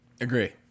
Agree